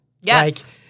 Yes